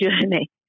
journey